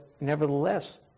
nevertheless